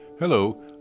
Hello